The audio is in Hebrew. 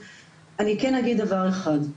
אני כן אגיד דבר אחד.